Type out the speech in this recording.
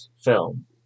film